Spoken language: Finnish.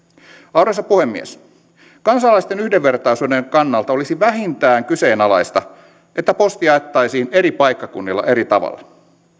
arvoisa puhemies kansalaisten yhdenvertaisuuden kannalta olisi vähintään kyseenalaista että posti jaettaisiin eri paikkakunnilla eri tavalla